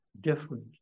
different